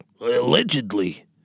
Allegedly